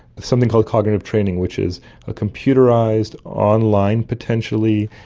something called cognitive training which is a computerised, online potentially,